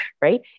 Right